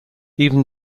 even